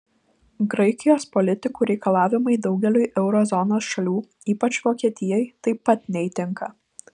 graikijos politikų reikalavimai daugeliui euro zonos šalių ypač vokietijai taip pat neįtinka